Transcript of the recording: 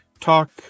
talk